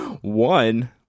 One